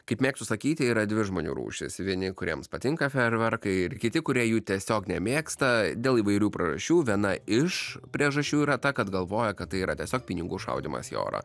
kaip mėgstu sakyti yra dvi žmonių rūšys vieni kuriems patinka fejerverkai ir kiti kurie jų tiesiog nemėgsta dėl įvairių priežasčių viena iš priežasčių yra ta kad galvoja kad tai yra tiesiog pinigų šaudymas į orą